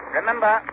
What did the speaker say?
remember